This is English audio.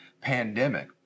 pandemic